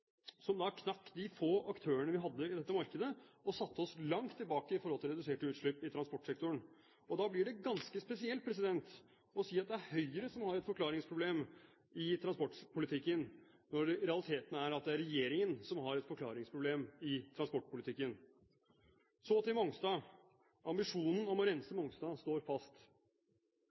transportsektoren. Da blir det ganske spesielt å si at det er Høyre som har et forklaringsproblem i transportpolitikken, når realiteten er at det er regjeringen som har et forklaringsproblem i transportpolitikken. Så til Mongstad. Ambisjonen om å rense Mongstad står fast,